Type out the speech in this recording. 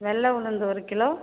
வெள்ளை உளுந்து ஒரு கிலோ